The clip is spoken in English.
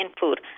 food